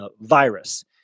virus